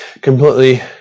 completely